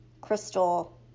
Crystal